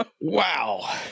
Wow